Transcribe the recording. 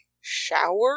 shower